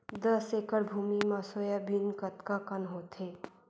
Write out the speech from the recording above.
दस एकड़ भुमि म सोयाबीन कतका कन होथे?